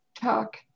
talk